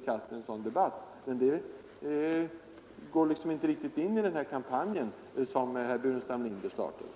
en konkret debatt om vad ni vill göra. Men det går liksom inte riktigt in i den kampanj som herr Burenstam Linder startade.